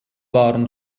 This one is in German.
waren